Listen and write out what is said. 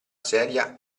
sedia